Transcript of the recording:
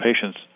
patients